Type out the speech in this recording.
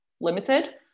limited